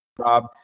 Rob